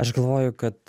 aš galvoju kad